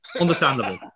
Understandable